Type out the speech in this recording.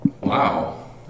Wow